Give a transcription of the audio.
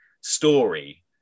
story